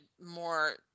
more